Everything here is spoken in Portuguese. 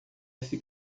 esse